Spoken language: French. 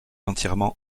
entièrement